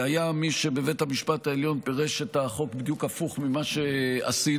בבית המשפט העליון היה מי שפירש את החוק בדיוק הפוך ממה שעשינו,